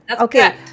okay